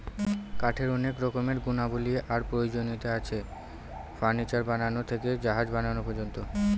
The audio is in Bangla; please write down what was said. কাঠের অনেক রকমের গুণাবলী আর প্রয়োজনীয়তা আছে, ফার্নিচার বানানো থেকে জাহাজ বানানো পর্যন্ত